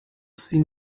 sie